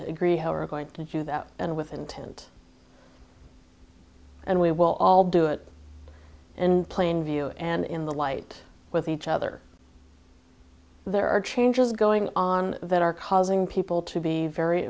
to agree how are going to do that and with intent and we will all do it in plain view and in the light with each other there are changes going on that are causing people to be very